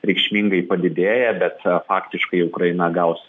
reikšmingai padidėję bet faktiškai ukraina gaus